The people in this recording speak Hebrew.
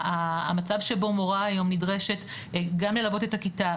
המצב שבו מורה היום נדרשת גם ללוות את הכיתה,